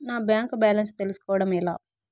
నా bank balance తెలుస్కోవడం ఎలా?